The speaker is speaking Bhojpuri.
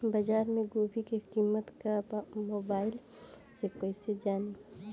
बाजार में गोभी के कीमत का बा मोबाइल से कइसे जानी?